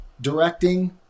directing